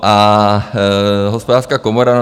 A Hospodářská komora?